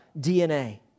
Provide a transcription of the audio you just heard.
DNA